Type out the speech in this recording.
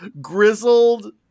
grizzled